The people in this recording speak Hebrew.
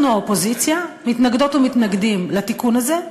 אנחנו, האופוזיציה, מתנגדות ומתנגדים לתיקון הזה,